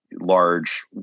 Large